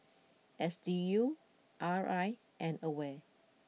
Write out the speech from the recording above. S D U R I and Aware